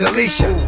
Alicia